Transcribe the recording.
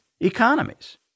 economies